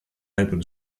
open